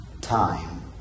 time